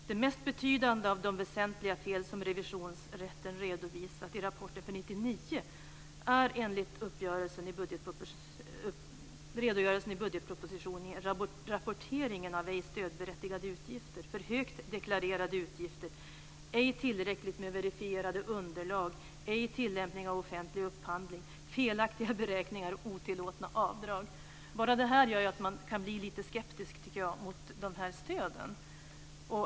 De mest betydande av de väsentliga fel som Revisionsrätten redovisat i rapporten för 1999 är enligt redogörelsen i budgetpropositionen rapporteringen av ej stödberättigade utgifter, för högt deklarerade utgifter, ej tillräckligt med verifierade underlag, ej tillämpning av offentlig upphandling, felaktiga beräkningar och otillåtna avdrag. Jag tycker att bara det här gör att man kan bli lite skeptisk mot de här stöden.